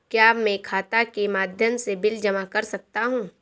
क्या मैं खाता के माध्यम से बिल जमा कर सकता हूँ?